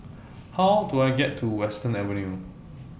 How Do I get to Western Avenue